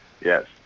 yes